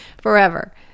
forever